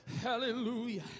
Hallelujah